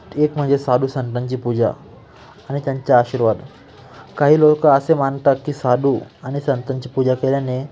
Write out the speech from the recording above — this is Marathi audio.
एक म्हणजे साधू संतांची पूजा आणि त्यांच्या आशीर्वाद काही लोक असे मानतात की साधू आणि संतांची पूजा केल्याने